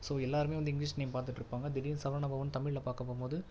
so எல்லாேருமே வந்து English name பார்த்துட்ருப்பாங்க திடீரென்னு சரவணா பவன்னு தமிழில் பார்க்க போகும்போது